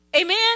Amen